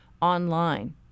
online